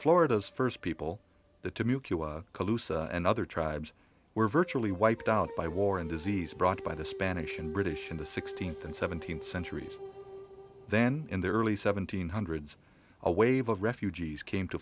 florida's first people that to me and other tribes were virtually wiped out by war and disease brought by the spanish and british in the sixteenth and seventeenth centuries then in the early seventeenth hundreds a wave of refugees came to